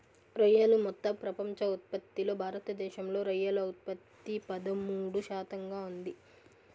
రొయ్యలు మొత్తం ప్రపంచ ఉత్పత్తిలో భారతదేశంలో రొయ్యల ఉత్పత్తి పదమూడు శాతంగా ఉంది